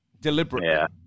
Deliberately